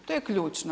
To je ključno.